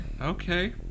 okay